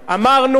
אמרנו,